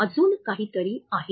अजून काहीतरी आहे